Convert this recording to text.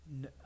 no